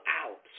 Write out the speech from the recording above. out